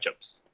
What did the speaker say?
matchups